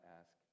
ask